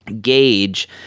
gauge